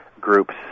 groups